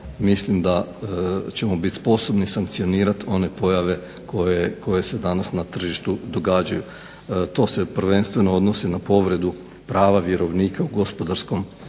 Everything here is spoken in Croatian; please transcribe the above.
mislim da ćemo biti sposobni sankcionirat one pojave koje se danas na tržištu događaju. To se prvenstveno odnosi na povredu prava vjerovnika u gospodarskom